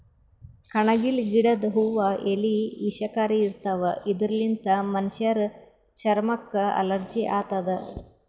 ಕಣಗಿಲ್ ಗಿಡದ್ ಹೂವಾ ಎಲಿ ವಿಷಕಾರಿ ಇರ್ತವ್ ಇದರ್ಲಿನ್ತ್ ಮನಶ್ಶರ್ ಚರಮಕ್ಕ್ ಅಲರ್ಜಿ ಆತದ್